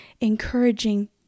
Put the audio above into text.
encouraging